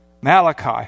Malachi